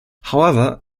however